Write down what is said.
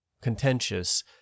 contentious